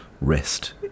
Rest